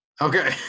Okay